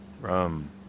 Rum